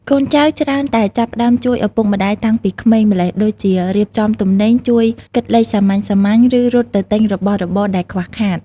កូនចៅច្រើនតែចាប់ផ្តើមជួយឪពុកម្តាយតាំងពីក្មេងម្ល៉េះ ដូចជារៀបចំទំនិញ ជួយគិតលេខសាមញ្ញៗ ឬរត់ទៅទិញរបស់របរដែលខ្វះខាត។